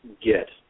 get